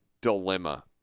dilemma